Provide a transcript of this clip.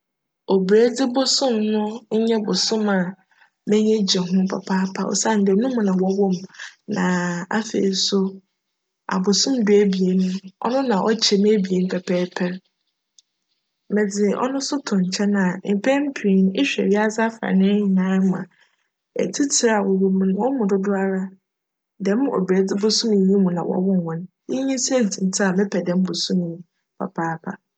Obiradzi bosoom no nye bosoom a m'enyi gye ho papaapa osiandj no mu na wcwoo me na afei so abosoom duebien no, cno na ckyj mu ebien pjpjjpjr. Medze cno so to nkyjn a, mpjn pii no ehwj wiadze afaana nyinara mu a, etsitsir a wcwc mu, hcn mu dodowara djm obiradzi bosoom yi na wcwoo hcn. Iyi nye siantsir a mepj djm bosoom yi papaapa.